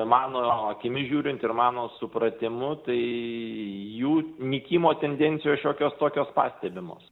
mano akimis žiūrint ir mano supratimu tai jų nykimo tendencijos šiokios tokios pastebimos